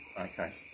Okay